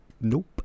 Nope